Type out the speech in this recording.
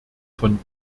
von